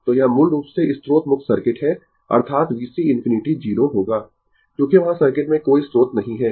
तो यह मूल रूप से स्रोत मुक्त सर्किट है अर्थात VC ∞ 0 होगा क्योंकि वहाँ सर्किट में कोई स्रोत नहीं है